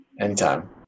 Anytime